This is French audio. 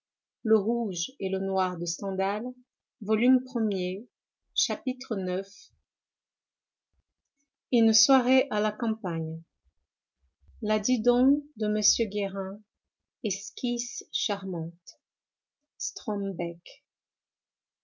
chapitre ix une soirée a la campagne la didon de m guérin esquisse charmante